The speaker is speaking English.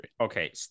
Okay